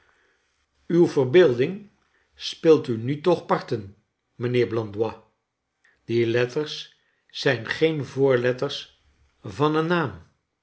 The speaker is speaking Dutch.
uw verbeelding speelt u nu toch partem mijnheer blandois die letters zijn geen voorletters van een naam